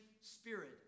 Spirit